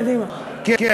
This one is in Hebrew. קדימה.